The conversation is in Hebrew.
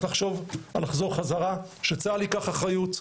לחשוב על לחזור חזרה שצה"ל ייקח אחריות.